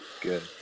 Good